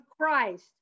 Christ